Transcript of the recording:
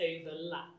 overlap